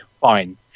Fine